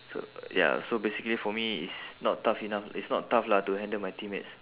so ya so basically for me it's not tough enough it's not tough lah to handle my teammates